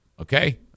Okay